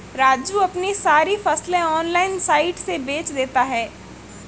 राजू अपनी सारी फसलें ऑनलाइन साइट से बेंच देता हैं